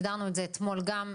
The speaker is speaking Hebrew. הגדרנו את זה אתמול גם.